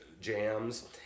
jams